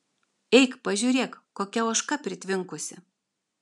eik pažiūrėk kokia ožka pritvinkusi